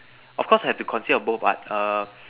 of course have to consist of both what err